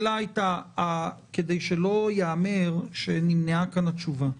כדי שלא ייאמר שנמנעה כאן התשובה,